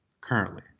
currently